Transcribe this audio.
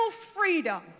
freedom